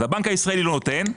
הבנק הישראלי לא נותן,